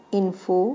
info